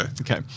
Okay